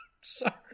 sorry